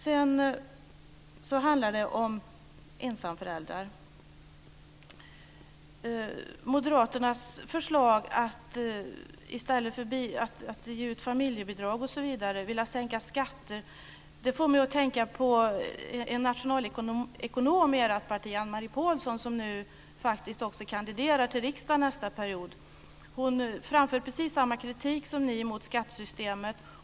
Sedan handlar det om ensamföräldrar. Moderaternas förslag att ge ut familjebidrag osv. och att sänka skatter får mig att tänka på en nationalekonom i ert parti, Anne-Marie Pålsson, som nu också kandiderar till riksdagen nästa period. Hon framför precis samma kritik som ni mot skattesystemet.